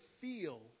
feel